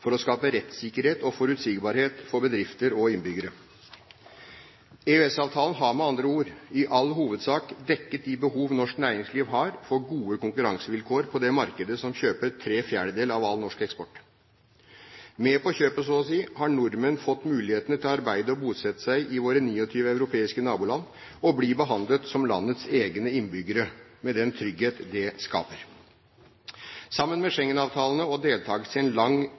for å skape rettssikkerhet og forutsigbarhet for bedrifter og innbyggere. EØS-avtalen har med andre ord i all hovedsak dekket de behov norsk næringsliv har for gode konkurransevilkår på det markedet som kjøper tre fjerdedeler av all norsk eksport. Med på kjøpet, så å si, har nordmenn fått muligheten til å arbeide og bosette seg i våre 29 europeiske naboland og bli behandlet som landets egne innbyggere, med den trygghet det skaper. Sammen med Schengen-avtalene og deltakelse i en lang,